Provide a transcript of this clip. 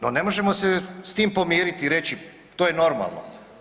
No ne možemo se s tim pomiriti i reći „to je normalno“